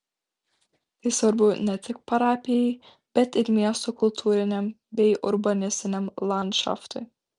tai svarbu ne tik parapijai bet ir miesto kultūriniam bei urbanistiniam landšaftui